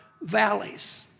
valleys